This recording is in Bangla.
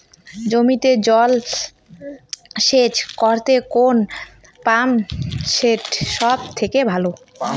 জমিতে জল সেচ করতে কোন পাম্প সেট সব থেকে ভালো?